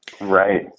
right